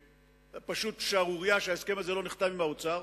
פשוט שערורייה שההסכם הזה לא נחתם עם האוצר.